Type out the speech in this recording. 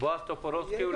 בועז טופורובסקי.